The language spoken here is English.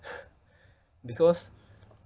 because